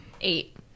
Eight